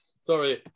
sorry